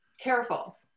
careful